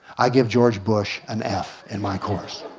i give george bush an f in my course,